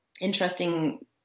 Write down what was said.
interesting